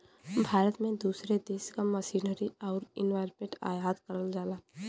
भारत में दूसरे देश से मशीनरी आउर इक्विपमेंट आयात करल जाला